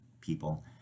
people